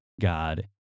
God